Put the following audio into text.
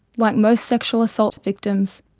like most sexual assault victims,